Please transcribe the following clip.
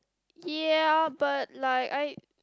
ya but like I